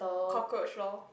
cockroach loh